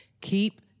Keep